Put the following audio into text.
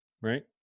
right